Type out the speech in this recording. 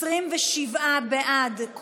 27 בעד,